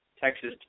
Texas